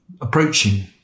approaching